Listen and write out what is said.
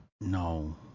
No